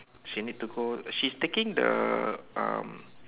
she need to go she's taking the um